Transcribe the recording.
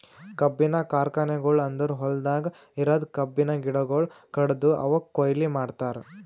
ಕಬ್ಬಿನ ಕಾರ್ಖಾನೆಗೊಳ್ ಅಂದುರ್ ಹೊಲ್ದಾಗ್ ಇರದ್ ಕಬ್ಬಿನ ಗಿಡಗೊಳ್ ಕಡ್ದು ಅವುಕ್ ಕೊಯ್ಲಿ ಮಾಡ್ತಾರ್